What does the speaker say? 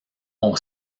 ont